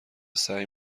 سعی